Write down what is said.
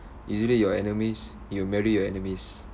usually your enemies you marry your enemies